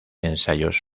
ensayos